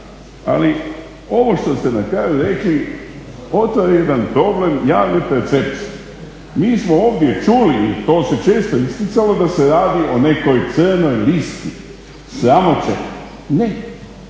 ali ovo što ste na kraju rekli otvara jedan problem javne percepcije. Mi smo ovdje čuli i to se često isticalo da se radi o nekoj crnoj listi sramote. Ne,